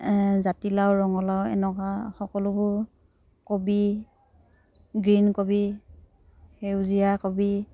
জাতিলাউ ৰঙালাউ এনেকুৱা সকলোবোৰ কবি গ্ৰীণ কবি সেউজীয়া কবি